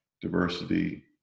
diversity